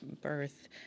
birth